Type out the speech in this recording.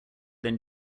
then